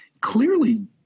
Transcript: clearly